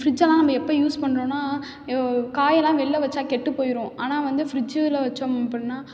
ஃப்ரிட்ஜெல்லாம் நம்ம எப்போ யூஸ் பண்றோம்ன்னா காயெல்லாம் வெளியில் வெச்சால் கெட்டுப் போயிடும் ஆனால் வந்து ஃப்ரிட்ஜில் வைச்சோம் அப்புடின்னா